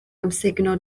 amsugno